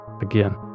again